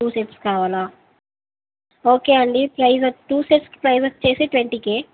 two sets కావాలా okay అండి price two సెట్స్కి ప్రైస్ వచ్చేసి ట్వంటీ కే